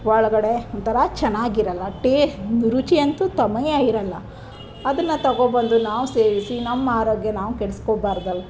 ಒಳಗಡೆ ಒಂಥರ ಚೆನ್ನಾಗಿರೋಲ್ಲ ಟೆ ರುಚಿಯಂತೂ ಸಮಯ ಇರೋಲ್ಲ ಅದನ್ನು ತೊಗೋ ಬಂದು ನಾವು ಸೇವಿಸಿ ನಮ್ಮ ಆರೋಗ್ಯ ನಾವು ಕೆಡಿಸ್ಕೊಳ್ಬಾರ್ದಲ್ಲ